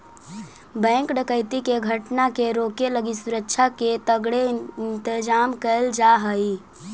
bank डकैती के घटना के रोके लगी सुरक्षा के तगड़े इंतजाम कैल जा हइ